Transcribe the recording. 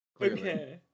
Okay